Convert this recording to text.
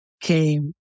came